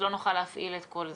לא נוכל להפעיל את כל זה.